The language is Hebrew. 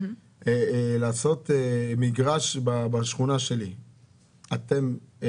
לעשות מגרש בשכונה שלי זה אתם?